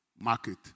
market